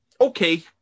Okay